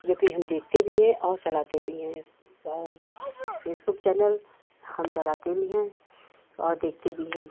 जोकि हम देखते भी हैं और चलाते भी हैं और फ़ेसबुक चैनल हम चलाते भी हैं और देखते भी हैं